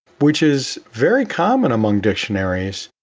which is very common among dictionaries,